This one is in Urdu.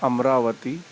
امراوتی